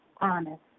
honest